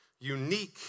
unique